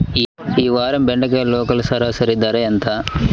ఈ వారం బెండకాయ లోకల్ సరాసరి ధర ఎంత?